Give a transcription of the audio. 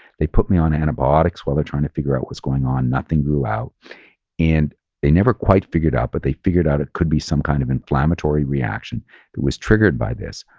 they put me on antibiotics while they're trying to figure out what's going on. nothing grew out and they never quite figured out, but they figured out it could be some kind of inflammatory reaction that was triggered by this.